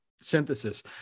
synthesis